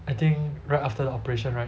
I think right after the operation right